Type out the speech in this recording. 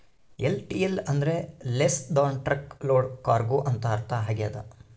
LTL ಅಂದ್ರ less than truck load cargo ಅಂತ ಅರ್ಥ ಆಗ್ಯದ